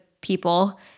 people